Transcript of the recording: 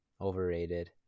overrated